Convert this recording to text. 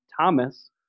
Thomas